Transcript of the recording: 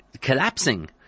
collapsing